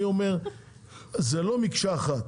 אני אומר שזה לא מקשה אחת.